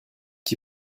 qui